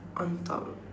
on top